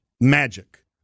magic